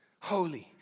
holy